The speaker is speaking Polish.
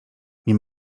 nie